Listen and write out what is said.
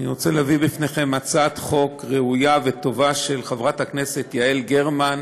אני רוצה להביא לפניכם הצעת חוק ראויה וטובה של חברת הכנסת יעל גרמן,